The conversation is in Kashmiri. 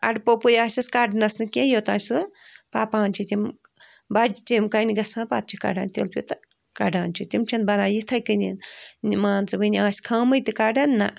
اڑٕپوٚپُے آسٮ۪س کَڈنس نہٕ کیٚنٛہہ یوٚتانۍ سُہ پَپان چھِ تِم بجہِ یِم کَنہِ گَژھان پتہٕ چھِ کَڈان تیٖلہٕ پٮ۪ت تہٕ کَڈان چھِ تِم چھَنہٕ بَنان یِتھٕے کٔنی مان ژٕ وُنہِ آسہِ خامٕے تہٕ کَڈان نہَ